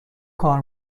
کار